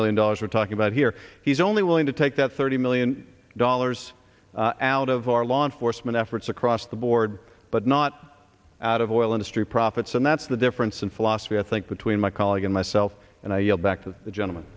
million dollars we're talking about here he's only willing to take that thirty million dollars out of our law enforcement efforts across the board but not out of oil industry profits and that's the difference in philosophy i think between my colleague and myself and i you know back to the gentleman